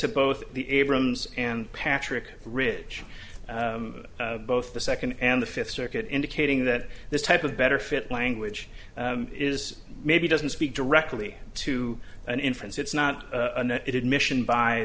to both the abrams and patrick ridge both the second and the fifth circuit indicating that this type of better fit language is maybe doesn't speak directly to an inference it's not an admission by